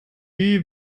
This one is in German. die